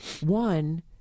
one